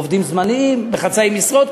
עובדים זמניים בחצאי משרות,